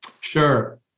Sure